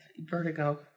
vertigo